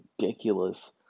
ridiculous